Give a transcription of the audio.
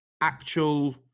actual